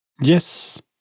Yes